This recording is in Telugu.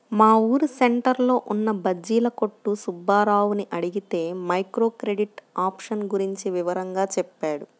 మా ఊరు సెంటర్లో ఉన్న బజ్జీల కొట్టు సుబ్బారావుని అడిగితే మైక్రో క్రెడిట్ ఆప్షన్ గురించి వివరంగా చెప్పాడు